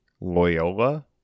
Loyola